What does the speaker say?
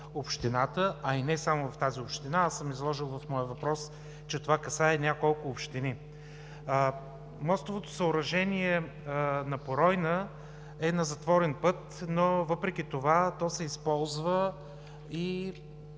а и не само в тази община. Аз съм изложил в моя въпрос, че това касае и няколко общини. Мостовото съоръжение на Поройна е на затворен път, но въпреки това то се използва, и